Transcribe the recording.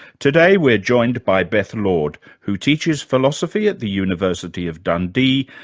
today we're joined by beth lord, who teaches philosophy at the university of dundee,